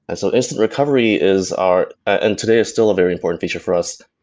and so instant recovery is our and today is still a very important feature for us,